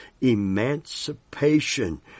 emancipation